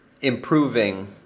improving